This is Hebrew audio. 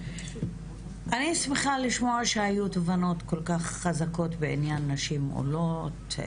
אני שמחה לשמוע שהיו תובנות כל-כך חזקות בעניין נשים עולות,